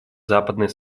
западной